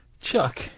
Chuck